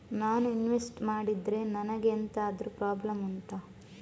ನಾನು ಇನ್ವೆಸ್ಟ್ ಮಾಡಿದ್ರೆ ನನಗೆ ಎಂತಾದ್ರು ಪ್ರಾಬ್ಲಮ್ ಉಂಟಾ